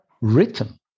written